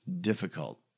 difficult